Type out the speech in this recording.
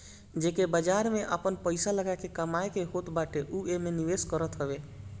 जेके बाजार में आपन पईसा लगा के कमाए के होत बाटे उ एमे निवेश करत हवे